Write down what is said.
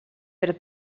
per